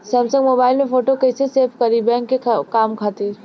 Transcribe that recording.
Samsung mobile में photo कैसे save करीं बैंक के काम खातिर?